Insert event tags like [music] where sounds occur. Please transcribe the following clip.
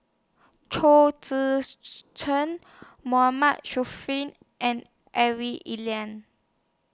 Chong Tze [noise] Chien Mahmood [unintelligible] and Ivy [unintelligible]